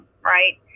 right